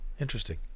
Interesting